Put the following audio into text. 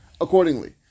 accordingly